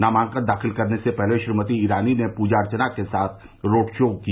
नामांकन दाखिल करने से पहले श्रीमती ईरानी ने पूजा अर्चना के साथ साथ रोड शो किया